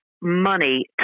money